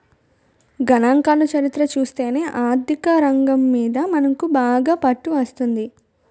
గణాంకాల చరిత్ర చూస్తేనే ఆర్థికరంగం మీద మనకు బాగా పట్టు వస్తుంది